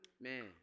Man